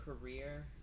career